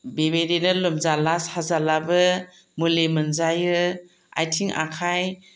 बेबायदिनो लोमजाला साजालाबो मुलि मोनजायो आथिं आखाइ